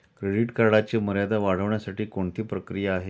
Credit कार्डची मर्यादा वाढवण्यासाठी कोणती प्रक्रिया आहे?